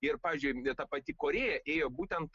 ir pavyzdžiui ta pati korėja ėjo būtent